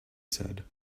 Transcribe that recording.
said